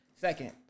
Second